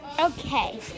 Okay